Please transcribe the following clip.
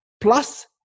Plus